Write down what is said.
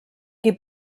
qui